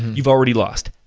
you've already lost.